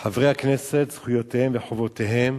חברי הכנסת, זכויותיהם וחובותיהם,